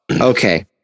Okay